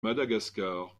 madagascar